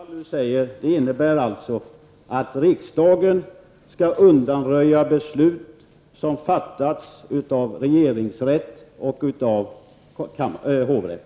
Fru talman! Det Nic Grönvall nu säger innebär att riksdagen skall undanröja beslut som fattats av regeringsrätt och kammarrätt.